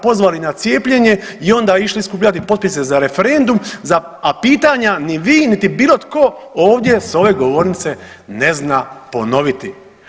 Pozvali na cijepljenje i onda išli skupljati potpise za referendum, a pitanja ni vi niti bilo tko ovdje s ove govornice ne zna ponoviti.